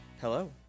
Hello